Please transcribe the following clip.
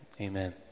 amen